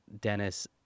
Dennis